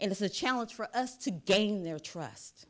and it's a challenge for us to gain their trust